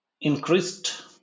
increased